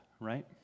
right